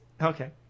Okay